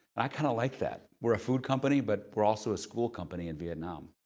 i kind of like that. we're a food company, but we're also a school company in vietnam.